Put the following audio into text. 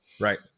Right